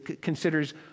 considers